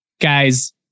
guys